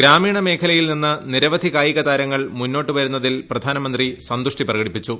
ഗ്രാമീണ മേഖലയിൽ നിന്ന് നിരവധി കായികതാരങ്ങൾ മുന്നോട്ട് വരുന്നതിൽ പ്രധാനമന്ത്രി സന്തുഷ്ടി പ്രകടിപ്പിച്ചു